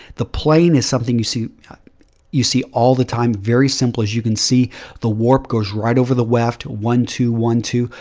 the plane is something you see n yeah you see all the time, very simple. as you can see the warp goes right over the left, one two, one two.